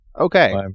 Okay